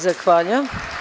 Zahvaljujem.